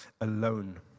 alone